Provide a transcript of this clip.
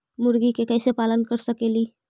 मुर्गि के कैसे पालन कर सकेली?